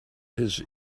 his